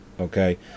Okay